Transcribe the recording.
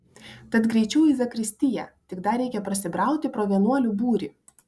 tad greičiau į zakristiją tik dar reikia prasibrauti pro vienuolių būrį